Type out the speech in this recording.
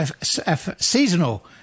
Seasonal